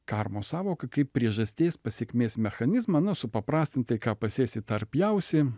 karmos sąvoką kaip priežasties pasekmės mechanizmą na supaprastintai ką pasėsi tą ir pjausi